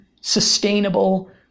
sustainable